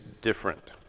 different